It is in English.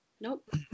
Nope